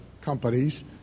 companies